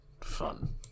fun